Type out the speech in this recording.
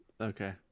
Okay